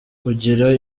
kugira